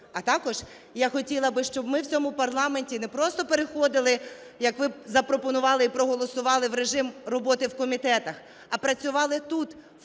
А також я хотіла би, щоб ми в цьому парламенті не просто переходили, як ви запропонували і проголосували в режим роботи в комітетах, а працювали тут в пленарному